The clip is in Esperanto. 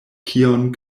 kion